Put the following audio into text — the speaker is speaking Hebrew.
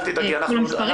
עם המספרים,